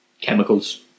chemicals